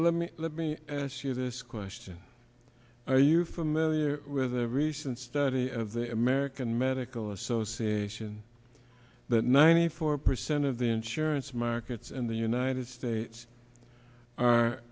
let me let me ask you this question are you familiar with a recent study of the american medical association that ninety four percent of the insurance markets in the united states are